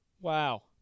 Wow